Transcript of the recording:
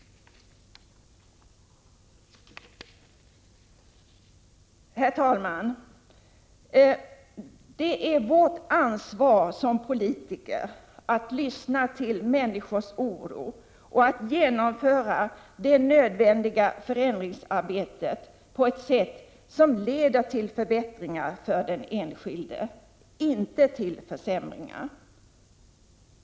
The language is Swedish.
Herr talman! Det är vårt ansvar som politiker att lyssna till människors oro och utföra det nödvändiga förändringsarbetet på ett sätt som leder till förbättringar för den enskilde — inte till försämringar.